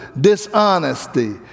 Dishonesty